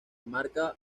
marca